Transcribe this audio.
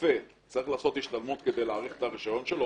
רופא צריך לעשות השתלמות כדי להאריך את הרישיון שלו?